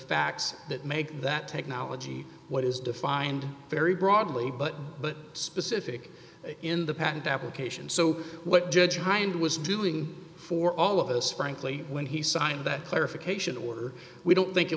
facts that make that technology what is defined very broadly but but specific in the patent application so what judge hind was doing for all of us frankly when he signed that clarification or we don't think it